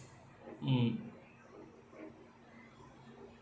mm